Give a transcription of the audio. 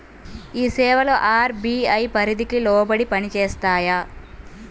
ఈ సేవలు అర్.బీ.ఐ పరిధికి లోబడి పని చేస్తాయా?